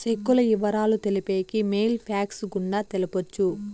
సెక్కుల ఇవరాలు తెలిపేకి మెయిల్ ఫ్యాక్స్ గుండా తెలపొచ్చు